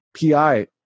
PI